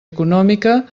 econòmica